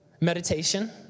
Meditation